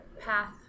path